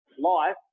Life